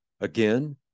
Again